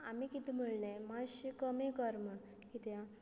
आमी कितें म्हणलें मात्शें कमी कर म्हणून किद्या